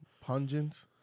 Pungent